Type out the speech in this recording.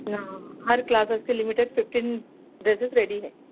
ہاں ہر کلاسز کے لمٹیڈ ففٹین ڈریسز ریڈی ہے